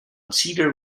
cedar